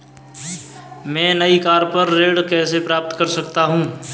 मैं नई कार पर ऋण कैसे प्राप्त कर सकता हूँ?